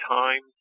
time